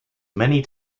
many